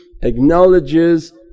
acknowledges